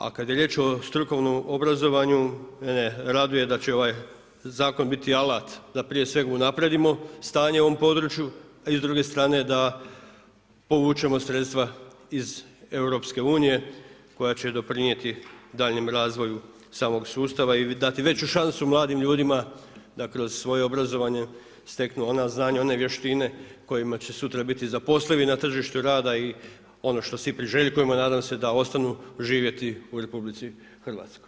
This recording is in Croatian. A kada je riječ o strukovnom obrazovanju, mene raduje da će ovaj zakon biti alat da prije svega unaprijedimo stanje u ovom području i s druge strane da povučemo sredstva iz EU, koja će doprinijeti daljnjem razvoju samog sustavu i dati veću šansu mladim ljudima, da kroz svoje obrazovanje steknu ona znanja, one vještine, kojima će sutra biti zaposlivi na tržištu rada i ono što svi priželjkujemo, nadam se da ostanu živjeti u RH.